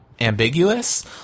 ambiguous